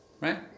Right